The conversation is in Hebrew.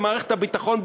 למערכת הביטחון,